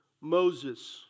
Moses